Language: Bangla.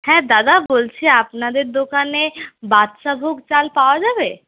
হ্যাঁ দাদা বলছি আপনাদের দোকানে বাদশা ভোগ চাল পাওয়া যাবে